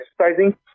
exercising